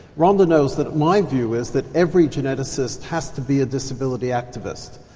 rhonda knows that my view is that every geneticist has to be a disability activist.